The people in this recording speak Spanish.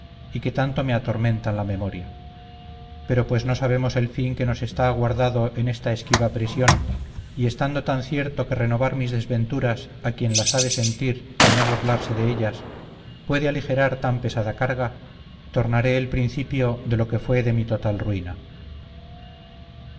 y que tanto me atormentan la memoria pero pues no sabemos el fin que nos está guardado en esta esquiva prisión y estando tan cierto que renovar mis desventuras a quien las ha de sentir y no burlarse de ellas puede aligerar tan pesada carga tornaré el principio de lo que lo fue de mi total ruina